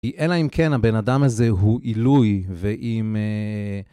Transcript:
אלא אם כן הבן אדם הזה הוא עילוי ואם...